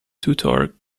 tutor